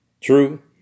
True